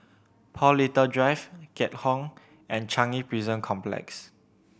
Paul Little Drive Keat Hong and Changi Prison Complex